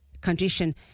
condition